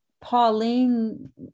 Pauline